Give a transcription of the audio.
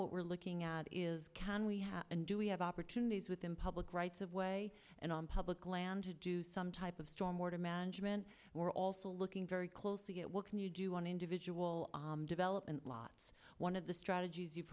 what we're looking at is can we have and do we have opportunities within public rights of way and on public land to do some type of storm water management we're also looking very closely at what can you do on individual development lots one of the strategies you've